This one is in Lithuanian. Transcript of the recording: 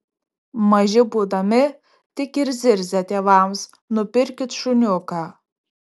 maži būdami tik ir zirzia tėvams nupirkit šuniuką